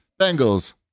Bengals